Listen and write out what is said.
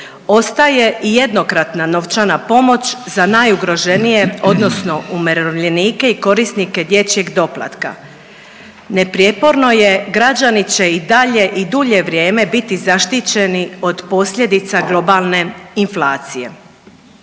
Ostaje i jednokratna novčana pomoć za najugroženije odnosno umirovljenike i korisnike dječjeg doplatka. Neprijeporno je građani će i dalje i dulje vrijeme biti zaštićeni od posljedica globalne inflacije.